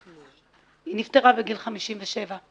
היא נפטרה בגיל 57,